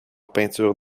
peinture